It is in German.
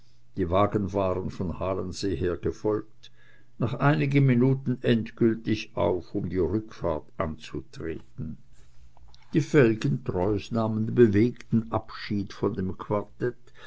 die wagen waren von halensee her gefolgt nach einigen minuten endgültig auf um die rückfahrt anzutreten die felgentreus nahmen bewegten abschied von dem quartett